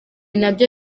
nabyo